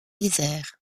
isère